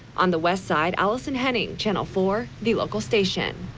on the westside allison henning, channel four the local station.